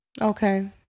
Okay